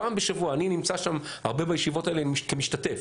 אני נמצא הרבה בישיבות האלה כמשתתף,